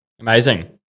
Amazing